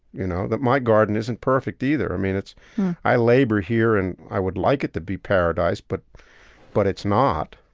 you know? that my garden isn't perfect either. i mean, it's i labor here and i would like it to be paradise, but but it's not.